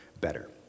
better